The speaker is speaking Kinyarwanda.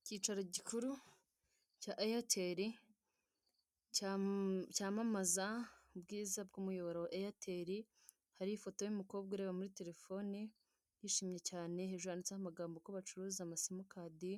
Ikicaro gikuru cya eyateri cyamamaza ubwiza bw'umuyobora wa eyateri hariho ifoto y'umukobwa ureba muri telefone wishimye cyane hejuru handitseho amagambo ko bacuruza amasimukadi